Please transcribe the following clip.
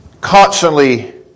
constantly